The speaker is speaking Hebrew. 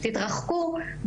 שהם יתרחקו,